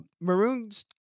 Maroon's